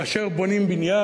כאשר בונים בניין,